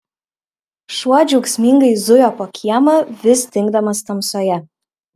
šuo džiaugsmingai zujo po kiemą vis dingdamas tamsoje